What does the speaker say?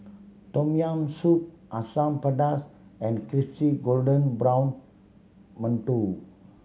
Tom Yam Soup Asam Pedas and crispy golden brown mantou